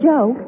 Joe